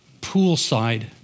poolside